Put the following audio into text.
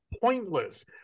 pointless